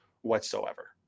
whatsoever